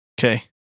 Okay